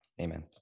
Amen